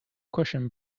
cushion